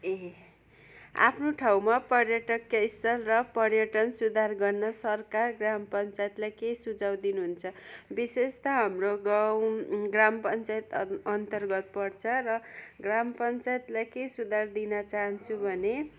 ए आफ्नो ठाउँमा पर्यटकीय स्थल र पर्यटन सुधार गर्न सरकार ग्राम पञ्चायतलाई के सुझाउ दिनुहुन्छ विशेष त हाम्रो गाउँ ग्राम पञ्चायत अन्तर्गत पर्छ र ग्राम पञ्चायतलाई के सुधार दिन चाहन्छु भने